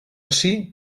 ací